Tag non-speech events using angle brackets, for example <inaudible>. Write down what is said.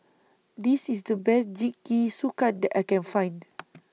This IS The Best Jingisukan that I Can Find <noise>